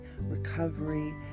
recovery